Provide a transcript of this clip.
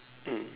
mm